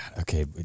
Okay